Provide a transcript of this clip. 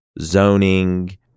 zoning